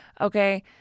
Okay